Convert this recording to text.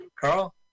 Carl